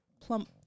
plump